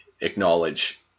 acknowledge